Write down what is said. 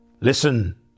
Listen